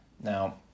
Now